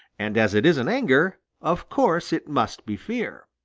and as it isn't anger, of course it must be fear.